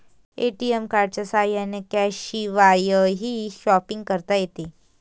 ATM कार्डच्या साह्याने कॅशशिवायही शॉपिंग करता येते